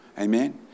Amen